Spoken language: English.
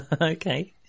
Okay